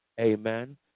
Amen